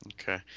Okay